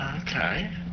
Okay